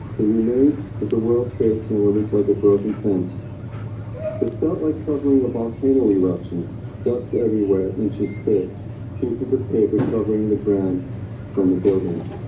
grenades for the world trade center looked like a broken fence but felt like covering a volcano eruption dust everywhere inches thick pieces of paper covering the ground from the buildings